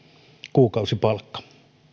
kuukausipalkka